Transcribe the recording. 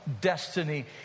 Destiny